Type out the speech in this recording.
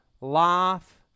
laugh